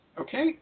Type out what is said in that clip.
okay